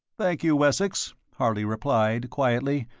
thank you, wessex, harley replied, quietly,